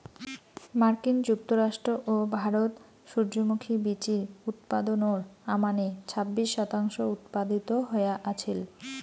মার্কিন যুক্তরাষ্ট্র ও ভারত সূর্যমুখী বীচির উৎপাদনর আমানে ছাব্বিশ শতাংশ উৎপাদিত হয়া আছিল